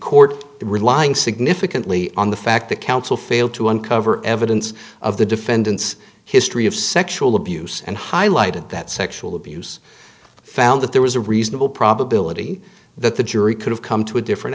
court relying significantly on the fact that counsel failed to uncover evidence of the defendant's history of sexual abuse and highlighted that sexual abuse found that there was a reasonable probability that the jury could have come to a different